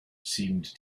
seemed